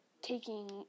taking